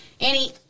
Annie